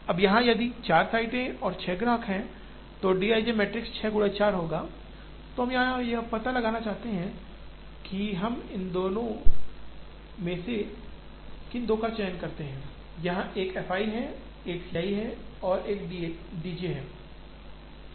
अब यहाँ यदि 4 साइटें और 6 ग्राहक हैं तो dij मैट्रिक्स 6 गुणा 4 होगा तो हम यह पता लगाना चाहते हैं कि हम इनमें से दो का चयन करते हैं यहाँ एक f i है एक C i है और एक D j है